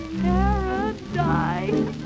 paradise